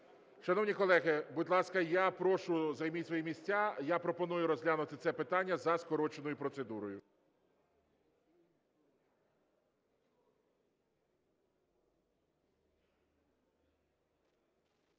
Шановні колеги, будь ласка, я прошу, займіть свої місця. Я пропоную розглянути це питання за скороченою процедурою.